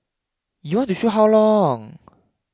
you want to shoot how long